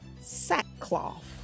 sackcloth